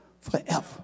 forever